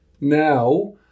Now